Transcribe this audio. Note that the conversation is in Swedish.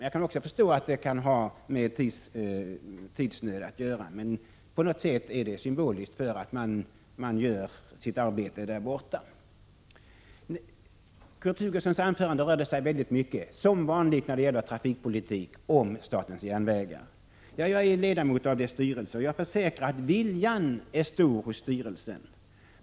Jag kan förstå att det kan ha med tidsnöd att göra, men på något sätt är det symboliskt för att man gör sitt arbete där borta. Kurt Hugossons anförande rörde sig, som vanligt när det gäller trafikpolitik, mycket om statens järnvägar. Ja, jag är ledamot av dess styrelse, och jag försäkrar att viljan hos styrelsen är stor.